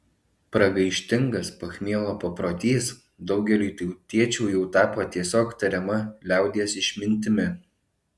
pragaištingas pachmielo paprotys daugeliui tautiečių jau tapo tiesiog tariama liaudies išmintimi